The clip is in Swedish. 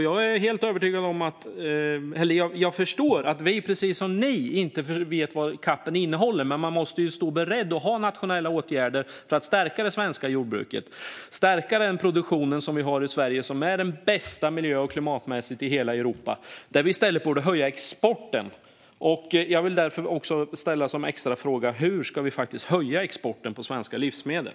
Jag förstår att vi precis som ni inte vet vad CAP:en innehåller, men man måste ju stå beredd att vidta nationella åtgärder för att stärka det svenska jordbruket och stärka den produktion vi har i Sverige. Miljö och klimatmässigt är det den bästa produktionen i hela Europa, och vi borde i stället öka exporten. Jag vill därför ställa en extra fråga: Hur ska vi öka exporten av svenska livsmedel?